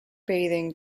bathing